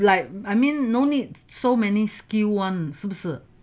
I mean like no need so many skill [one] 是不是